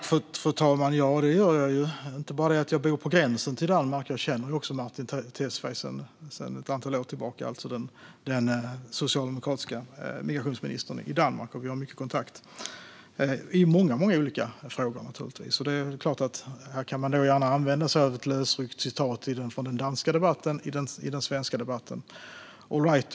Fru talman! Det gör jag ju. Jag bor på gränsen till Danmark, och jag känner Mattias Tesfaye, den socialdemokratiske migrationsministern i Danmark, sedan ett antal år. Vi har mycket kontakt i många olika frågor. Här använder man sig av ett lösryckt citat från den danska debatten i den svenska debatten.